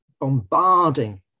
bombarding